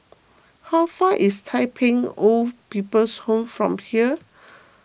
how far is Tai Pei Old People's Home from here